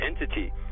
entity